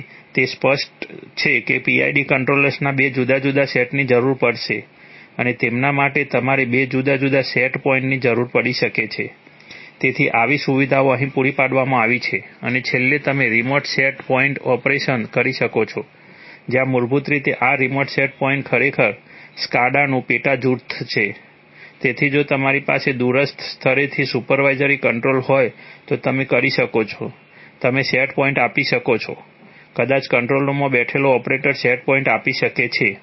તેથી તે સ્પષ્ટ છે કે PID કંટ્રોલર્સના બે જુદા જુદા સેટની જરૂર પડશે અને તેમના માટે તમારે બે જુદા જુદા સેટ પોઇન્ટની જરૂર પડી શકે છે તેથી આવી સુવિધાઓ અહીં પૂરી પાડવામાં આવી છે અને છેલ્લે તમે રિમોટ સેટ પોઇન્ટ ઓપરેશન કરી શકો છો જ્યાં મૂળભૂત રીતે આ રિમોટ સેટ પોઇન્ટ ખરેખર સ્કાડાનું પેટાજૂથ છે તેથી જો તમારી પાસે દૂરસ્થ સ્થળેથી સુપરવાઇઝરી કંટ્રોલ હોય તો તમે કરી શકો છો તમે સેટ પોઇન્ટ્સ આપી શકો છો કદાચ કંટ્રોલ રૂમમાં બેઠેલો ઓપરેટર સેટ પોઇન્ટ આપી શકે છે